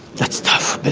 that's tough